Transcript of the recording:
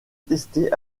testé